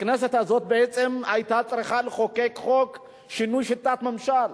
הכנסת הזאת בעצם היתה צריכה לחוקק חוק שינוי שיטת ממשל,